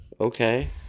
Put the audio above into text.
Okay